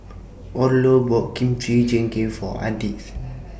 Orlo bought Kimchi Jjigae For Ardith